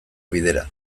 bidera